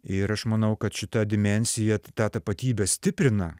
ir aš manau kad šita dimensija tą tapatybę stiprina